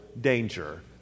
danger